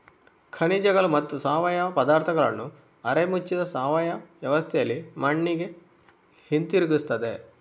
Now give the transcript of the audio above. ಖನಿಜಗಳು ಮತ್ತು ಸಾವಯವ ಪದಾರ್ಥಗಳನ್ನು ಅರೆ ಮುಚ್ಚಿದ ಸಾವಯವ ವ್ಯವಸ್ಥೆಯಲ್ಲಿ ಮಣ್ಣಿಗೆ ಹಿಂತಿರುಗಿಸುತ್ತದೆ